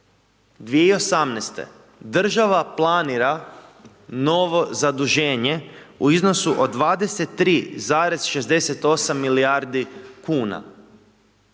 2018.-te, država planira novo zaduženje u iznosu od 23,68 milijardi kuna.